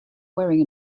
wearing